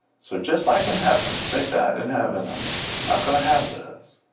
so just like in heaven, think that in heaven, i'm not going to have this.